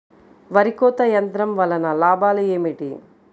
వరి కోత యంత్రం వలన లాభం ఏమిటి?